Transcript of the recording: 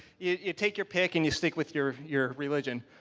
you take your pick, and you stick with your your religion.